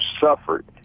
suffered